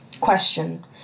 question